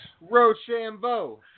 Rochambeau